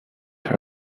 are